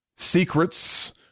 secrets